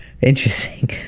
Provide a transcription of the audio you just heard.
Interesting